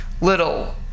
little